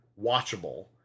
watchable